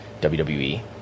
WWE